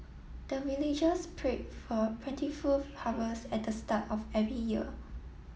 the villagers pray for plentiful harvest at the start of every year